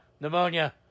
Pneumonia